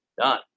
done